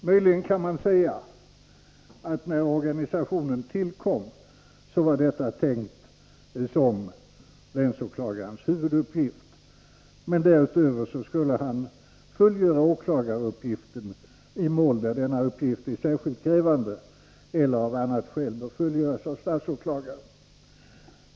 Möjligen kan man säga att detta, när organisationen tillkom, var tänkt som länsåklagarens huvuduppgift. Därutöver skulle länsåklagaren fullgöra åklagaruppgiften i mål där denna uppgift är särskilt krävande eller då den av annat skäl bör fullgöras av statsåklagare.